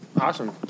awesome